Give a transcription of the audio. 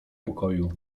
pokoju